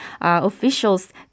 officials